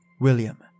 William